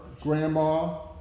grandma